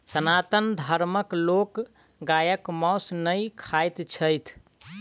सनातन धर्मक लोक गायक मौस नै खाइत छथि